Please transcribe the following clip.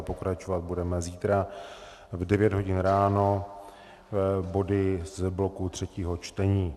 Pokračovat budeme zítra v 9 hodin ráno body z bloku třetího čtení.